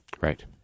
right